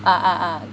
ah ah ah